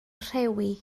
rhewi